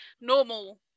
normal